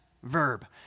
Verb